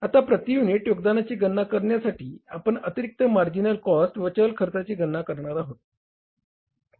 आता प्रति युनिट योगदानाची गणना करण्यासाठी आपण अतिरिक्त मार्जिनल कॉस्ट व चल खर्चाची गणना करणार आहोत